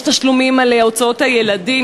יש תשלומים על הוצאות הילדים,